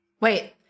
Wait